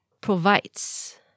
provides